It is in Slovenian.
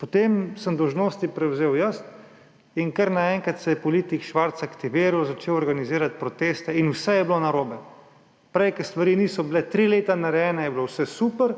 Potem sem dolžnosti prevzel jaz in kar naenkrat se je politik Švarc aktiviral, začel organizirati proteste in vse je bilo narobe. Prej, ko stvari niso bile tri leta narejene, je bilo vse super,